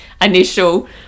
initial